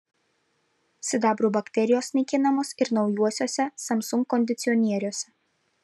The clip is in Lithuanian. sidabru bakterijos naikinamos ir naujuosiuose samsung kondicionieriuose